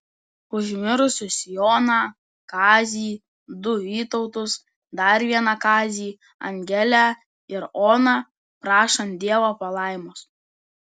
už mirusius joną kazį du vytautus dar vieną kazį angelę ir oną prašant dievo palaimos